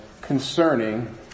concerning